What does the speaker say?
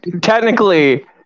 Technically